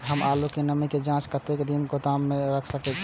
हम आलू के नमी के जाँच के कतेक दिन गोदाम में रख सके छीए?